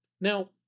Now